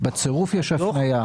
בצירוף יש הפניה.